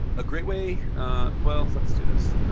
a great way well, let's do this.